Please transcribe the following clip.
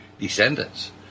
descendants